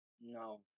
No